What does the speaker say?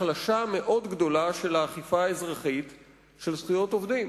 החלשה מאוד גדולה של האכיפה האזרחית של זכויות עובדים.